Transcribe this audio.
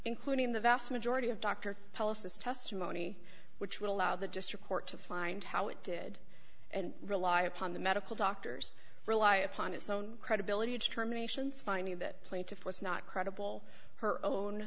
including the vast majority of dr palace's testimony which would allow the district court to find how it did and rely upon the medical doctors rely upon its own credibility to terminations finding that plaintiff was not credible her own